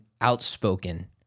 outspoken